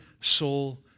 soul